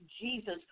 Jesus